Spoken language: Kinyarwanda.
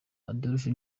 adolphe